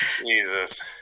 Jesus